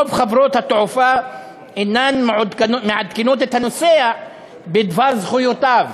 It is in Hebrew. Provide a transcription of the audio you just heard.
רוב חברות התעופה אינן מעדכנות את הנוסע בדבר זכויותיו,